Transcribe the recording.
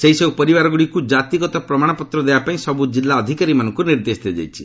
ସେହିସବୁ ପରିବାରଗୁଡ଼ିକୁ ଜାତିଗତ ପ୍ରମାଣପତ୍ର ଦେବାପାଇଁ ସବୁ କିଲ୍ଲା ଅଧିକାରୀମାନଙ୍କୁ ନିର୍ଦ୍ଦେଶ ଦିଆଯାଇଛି